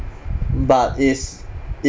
but is